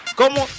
¿cómo